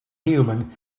human